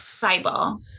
Bible